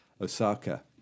Osaka